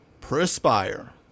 perspire